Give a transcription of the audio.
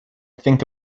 think